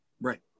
Right